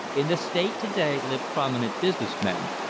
in the state to-day live prominent business men,